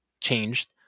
changed